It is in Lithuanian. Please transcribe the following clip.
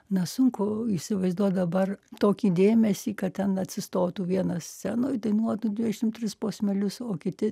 na sunku įsivaizduot dabar tokį dėmesį kad ten atsistotų vienas scenoj dainuotų dvidešim tris posmelius o kiti